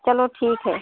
चलो ठीक है